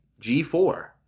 G4